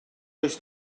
does